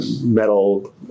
metal